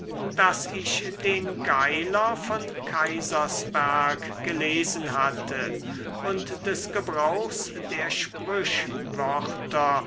daß ich den geiler von kaisersberg gelesen hatte und des gebrauchs der